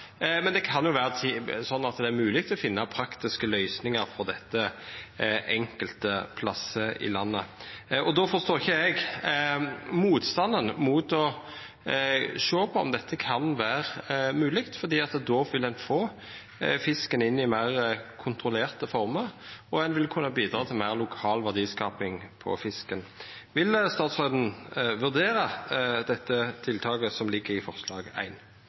men det kan vera mogleg å finna praktiske løysingar på dette enkelte stader i landet. Då forstår ikkje eg motstanden mot å sjå om dette kan vera mogleg, for då vil ein få fisken inn i meir kontrollerte former, og ein vil kunna bidra til meir lokal verdiskaping på fisken. Vil statsråden vurdera det tiltaket som ligg i forslag